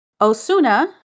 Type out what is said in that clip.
Osuna